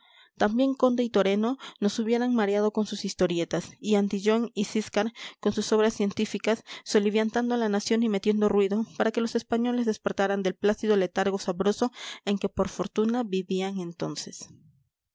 también conde y toreno nos hubieran mareado con sus historietas y antillón y ciscar con sus obras científicas soliviantando a la nación y metiendo ruido para que los españoles despertaran del plácido letargo sabroso en que por fortuna vivían entonces